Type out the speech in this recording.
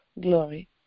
glory